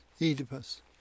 Oedipus